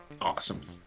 awesome